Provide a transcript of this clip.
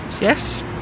Yes